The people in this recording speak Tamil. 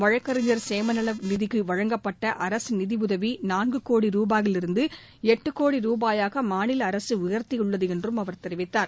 வழக்கறிஞர் சேமநல நிதிக்கு வழங்கப்பட்ட அரசு நிதியுதவி நான்கு கோடி ரூபாயிலிருந்து எட்டு கோடி ரூபாயாக மாநில அரசு உயர்த்தியுள்ளது என்றும் அவர் தெரிவித்தார்